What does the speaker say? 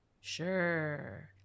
Sure